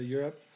Europe